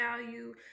value